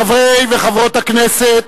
חברי וחברות הכנסת,